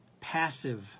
passive